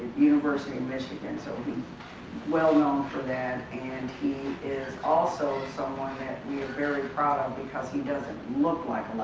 university of michigan so he's well known for that and he is also someone that we are very proud because he doesn't look like